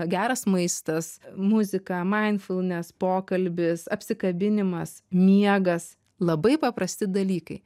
geras maistas muzika mindfulness pokalbis apsikabinimas miegas labai paprasti dalykai